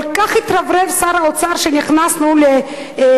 שר האוצר כל כך התרברב כשנכנסנו ל-OECD.